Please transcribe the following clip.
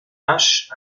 nash